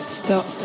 stop